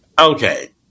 Okay